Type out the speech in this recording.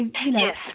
Yes